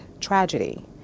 tragedy